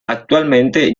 actualmente